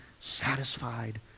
satisfied